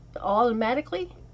automatically